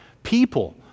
People